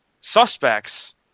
suspects